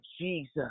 Jesus